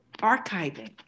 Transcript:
archiving